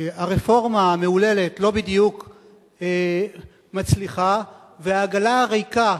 הרפורמה המהוללת לא בדיוק מצליחה, והעגלה הריקה,